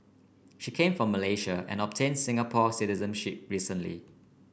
she came from Malaysia and obtained Singapore citizenship recently